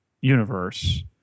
universe